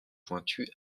pointue